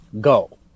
Go